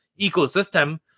ecosystem